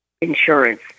insurance